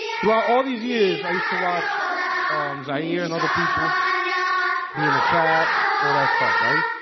throughout all these years. i used to watch arms. i hear and other people being a chat all that stuff, right?